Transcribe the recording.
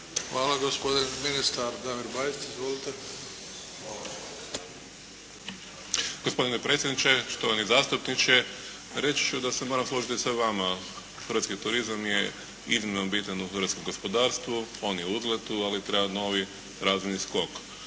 Hvala. Gospodin ministar Damir Bajs. Izvolite. **Bajs, Damir (HSS)** Gospodine predsjedniče, štovani zastupniče. Reći ću da se moram složiti sa vama. Hrvatski turizam je iznimno bitan u hrvatskom gospodarstvu. On je u uzletu, ali treba novi razvojni skok.